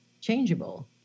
changeable